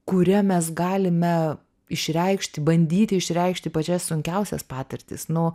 kuria mes galime išreikšt bandyti išreikšti pačias sunkiausias patirtis nu